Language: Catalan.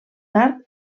tard